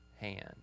hand